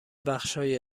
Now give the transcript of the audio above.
بخشهای